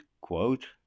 quote